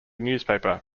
newspaper